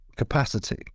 Capacity